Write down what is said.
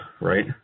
right